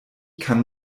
kann